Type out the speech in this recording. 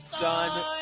Done